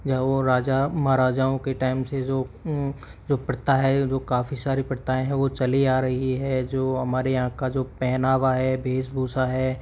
जब वो राजा महाराजाओं के टाइम से जो जो प्रथा है जो काफ़ी सारी प्रथाएँ हैं वो चली आ रही हैं जो हमारे यहाँ का जो पहनावा है वेशभूषा है